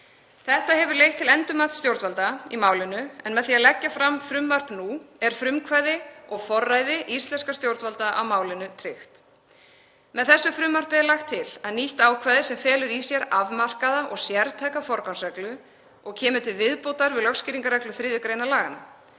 þetta leitt til endurmats stjórnvalda í málinu en með því að leggja fram frumvarp nú er frumkvæði og forræði íslenskra stjórnvalda á málinu tryggt. Með þessu frumvarpi er lagt til nýtt ákvæði sem felur í sér afmarkaða og sértæka forgangsreglu og kemur til viðbótar við lögskýringarreglu 3. gr. laganna.